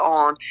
on